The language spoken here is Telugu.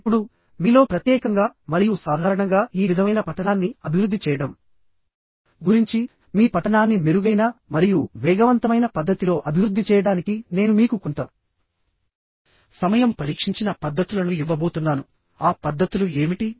ఇప్పుడు మీలో ప్రత్యేకంగా మరియు సాధారణంగా ఈ విధమైన పఠనాన్ని అభివృద్ధి చేయడం గురించిమీ పఠనాన్ని మెరుగైన మరియు వేగవంతమైన పద్ధతిలో అభివృద్ధి చేయడానికి నేను మీకు కొంత సమయం పరీక్షించిన పద్ధతులను ఇవ్వబోతున్నానుఆ పద్ధతులు ఏమిటి